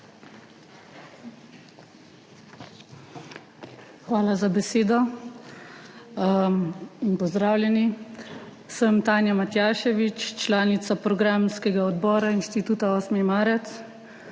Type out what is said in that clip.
Hvala za besedo. Pozdravljeni! Sem Tanja Matijašević, članica programskega odbora Inštituta 8. marec,